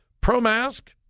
pro-mask